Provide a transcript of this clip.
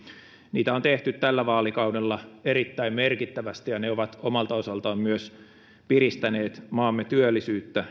niitä on tehty tällä vaalikaudella erittäin merkittävästi ja ne ovat omalta osaltaan myös piristäneet maamme työllisyyttä